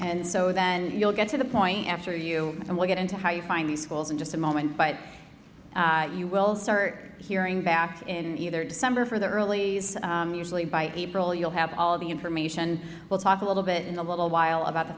and so then you'll get to the point after you and we'll get into how you find these schools in just a moment but you will start hearing back in either december for the early days usually by april you'll have all the information we'll talk a little bit in a little while about the